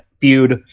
feud